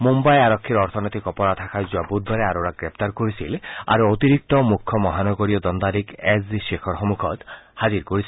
মূন্নাইৰ আৰক্ষীৰ অৰ্থনৈতিক অপৰাধ শাখাই যোৱা বুধবাৰে আৰোৰাক গ্ৰেপ্তাৰ কৰিছিল আৰু অতিৰিক্ত মুখ্য মহানগৰীয় দণ্ডাধীশ এছ জি শ্বেখৰ সন্মখত হাজিৰ কৰিছিল